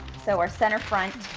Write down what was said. so are center front.